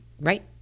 Right